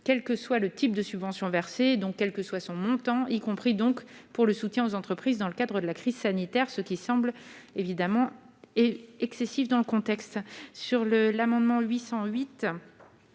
quel que soit le type de subventions versées donc quel que soit son montant, y compris donc pour le soutien aux entreprises dans le cadre de la crise sanitaire, ce qui semble évidemment et excessif dans le contexte sur le l'amendement 808